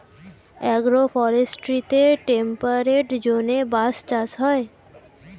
agro ফরেস্ট্রিতে temperate জোনে বাঁশ চাষ হয়